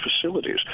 facilities